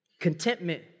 Contentment